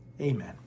Amen